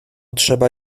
trzeba